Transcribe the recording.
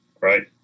right